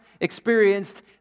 experienced